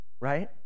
right